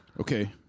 okay